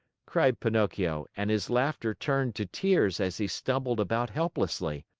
cried pinocchio and his laughter turned to tears as he stumbled about helplessly.